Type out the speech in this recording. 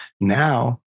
Now